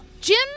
Jim